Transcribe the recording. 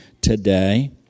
today